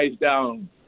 down